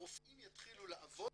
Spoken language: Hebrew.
הרופאים יתחילו לעבוד